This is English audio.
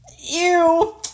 Ew